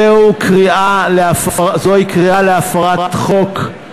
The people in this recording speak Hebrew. זוהי קריאה להפרת חוק.